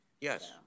Yes